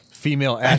female